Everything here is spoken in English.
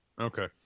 Okay